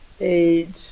age